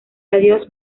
adiós